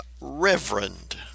reverend